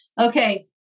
Okay